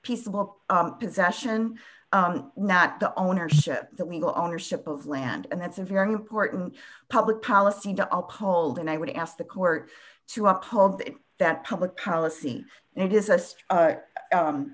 peaceable possession not the ownership that we go ownership of land and that's a very important public policy to uphold and i would ask the court to uphold that public policy and it is